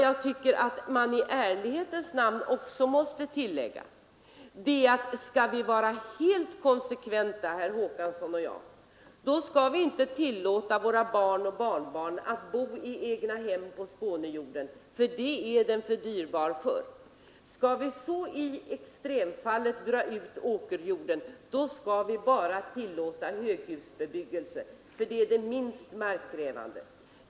Jag tycker att man i ärlighetens namn då måste tillägga att herr Håkansson och jag, om vi skall vara helt konsekventa, inte borde tillåta våra barn och barnbarn att bo i egnahem på skånejorden. Det är den för dyrbar för. Skall vi hårdra frågan om åkerjorden extremt får vi bara tillåta höghusbebyggelse — som är den minst markkrävande.